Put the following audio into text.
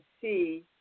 see